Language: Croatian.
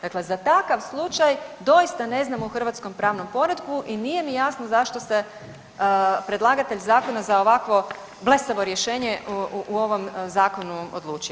Dakle, za takav slučaj doista ne znam u hrvatskom pravnom poretku i nije mi jasno zašto se predlagatelj zakona za ovakvo blesavo rješenje u ovom zakonu odlučio.